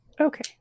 Okay